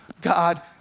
God